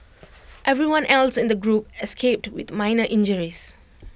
everyone else in the group escaped with minor injuries